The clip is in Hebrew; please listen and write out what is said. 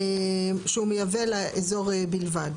שהוא מייבא לאזור בלבד.